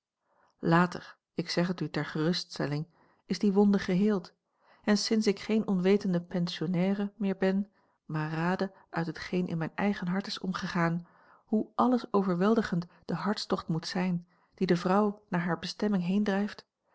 ik zeg het u ter geruststelling is die wonde geheeld en sinds ik geen onwetende pensionnaire meer ben maar rade uit heta l g bosboom-toussaint langs een omweg geen in mijn eigen hart is omgegaan hoe alles overweldigend de hartstocht moet zijn die de vrouw naar hare bestemming